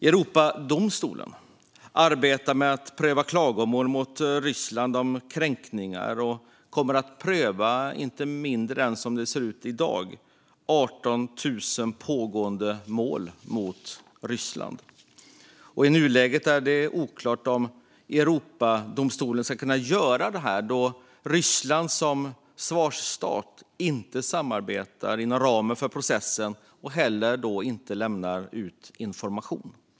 Europadomstolen arbetar med att pröva klagomål mot Ryssland om kränkningar. Som det ser ut kommer man att pröva inte mindre än 18 000 pågående mål mot Ryssland. I nuläget är det oklart hur Europadomstolen ska kunna göra detta då Ryssland som svarandestat inte samarbetar inom ramen för processen och heller inte lämnar ut någon information.